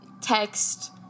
text